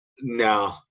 No